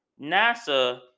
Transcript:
NASA